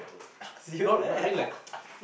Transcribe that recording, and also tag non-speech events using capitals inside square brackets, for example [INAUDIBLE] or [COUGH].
[LAUGHS] serious meh [LAUGHS]